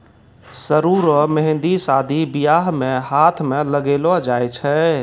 सरु रो मेंहदी शादी बियाह मे हाथ मे लगैलो जाय छै